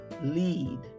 lead